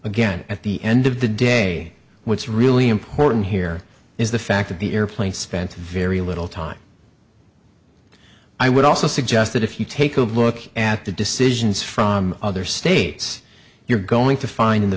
again at the end of the day what's really important here is the fact that the airplane spent very little time i would also suggest that if you take a look at the decisions from other states you're going to find